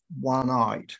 one-eyed